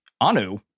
Anu